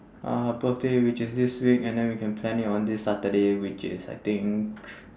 uh birthday which is this week and then we can plan it on this saturday which is I think